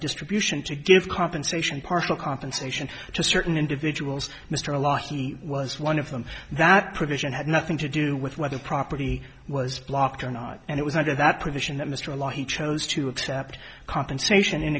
distribution to give compensation partial compensation to certain individuals mr law he was one of them that provision had nothing to do with whether the property was blocked or not and it was under that provision that mr law he chose to accept compensation in